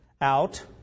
out